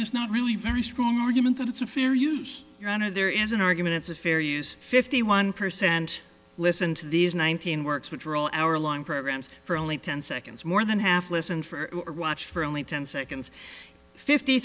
there's not really very strong argument that it's a fair use your honor there is an argument it's a fair use fifty one percent listen to these one thousand works which are all hour long programs for only ten seconds more than half listen for watch for only ten seconds fifty